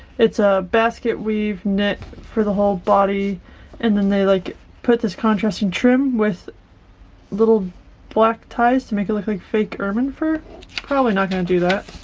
it's a basket weave knit for the whole body and then they like put this contrasting trim with little black ties to make it look like fake ermine fur probably not gonna do that.